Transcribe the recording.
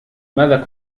ماذا